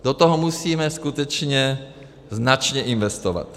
Do toho musíme skutečně značně investovat.